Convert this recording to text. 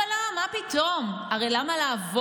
אבל לא, מה פתאום, הרי למה לעבוד?